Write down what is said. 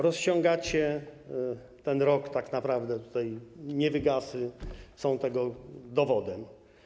Rozciągacie ten rok tak naprawdę, a niewygasy są tego dowodem.